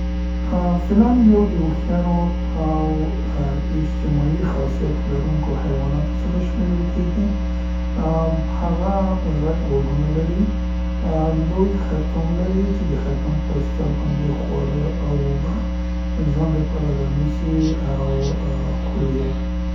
ا فیلان یو د هوښیارو او ا اجتماعي خاصیتو لرونکو حیواناتو څخه شمیرل کیګي. هغه غټ غوږونه لري، ا لوی خرطوم لري چې د خرطوم په واسطه باندې خواړه او اوبه د ځان د پاره رانیسي او ا خوري یې.